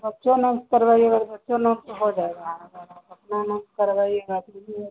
बच्चों के नाम से करवाइएगा तो बच्चों के नाम से हो जाएगा अगर आप अपने नाम से करवाइएगा तो वह भी है